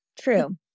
True